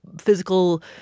physical